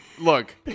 Look